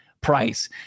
price